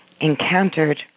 encountered